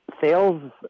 sales